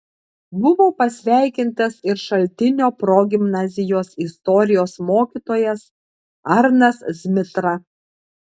buvo pasveikintas ir šaltinio progimnazijos istorijos mokytojas arnas zmitra